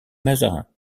mazarin